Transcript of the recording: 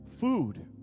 food